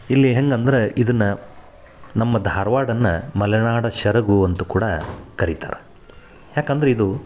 ಇಲ್ಲಿ ಹೆಂಗೆ ಅಂದರೆ ಇದನ್ನು ನಮ್ಮ ಧಾರವಾಡನ್ನ ಮಲೆನಾಡ ಸೆರಗು ಅಂತ್ಲೂ ಕೂಡ ಕರಿತಾರೆ ಯಾಕಂದ್ರೆ ಇದು